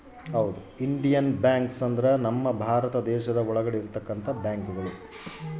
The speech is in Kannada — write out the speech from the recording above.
ಇಂಡಿಯನ್ ಬ್ಯಾಂಕ್ಸ್ ಅಂದ್ರ ನಮ್ ಭಾರತ ಒಳಗ ಇರೋ ಬ್ಯಾಂಕ್ಗಳು